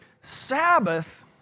Sabbath